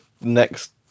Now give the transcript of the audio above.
next